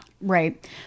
Right